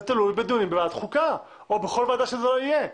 זה תלוי בדיונים בוועדת חוקה או בכל ועדה שזה לא יהיה.